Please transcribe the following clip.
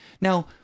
Now